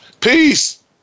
Peace